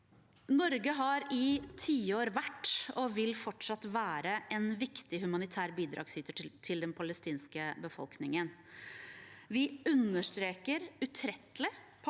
Norge har i tiår vært, og vil fortsatt være, en viktig humanitær bidragsyter til den palestinske befolkningen. Vi understreker utrettelig partenes